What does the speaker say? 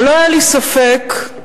אבל לא היה לי ספק שהיום,